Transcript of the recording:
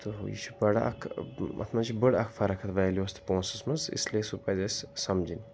تہٕ یہِ چھُ بَڑٕ اَکھ اَتھ منٛز چھِ بٔڑ اَکھ فرق اَتھ ویلیوٗس تہٕ پونٛسَس منٛز اِسلیے سُہ پَزِ اَسہِ سَمجٕنۍ